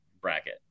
bracket